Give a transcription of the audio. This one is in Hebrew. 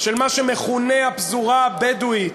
של מה שמכונה הפזורה הבדואית